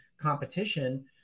competition